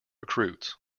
recruits